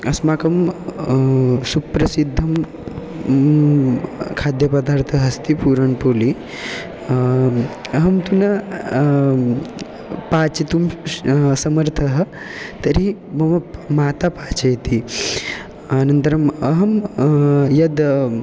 अस्माकं सुप्रसिद्धः खाद्यपदार्थः अस्ति पूरण्पूलि अहं तु न पक्तुं श् समर्थः तर्हि मम प माता पाचयति अनन्तरम् अहं यद्